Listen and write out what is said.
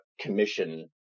commission